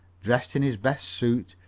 dressed in his best suit,